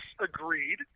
agreed